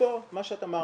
אפרופו מה שאת אמרת,